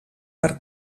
per